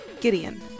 Gideon